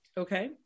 Okay